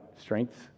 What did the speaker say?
Strengths